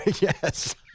Yes